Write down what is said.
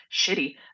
shitty